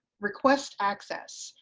request access.